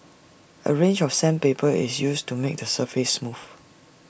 A range of sandpaper is used to make the surface smooth